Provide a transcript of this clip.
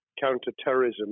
counter-terrorism